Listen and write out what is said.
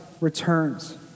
returns